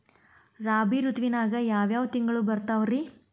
ರಾಬಿ ಋತುವಿನಾಗ ಯಾವ್ ಯಾವ್ ತಿಂಗಳು ಬರ್ತಾವ್ ರೇ?